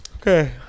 Okay